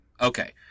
Okay